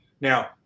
Now